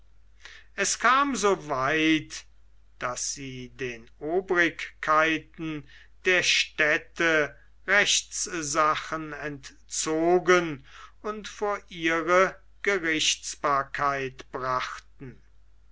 es kam so weit daß sie den obrigkeiten der städte rechtssachen entzogen und vor ihre gerichtsbarkeit brachten